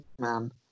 man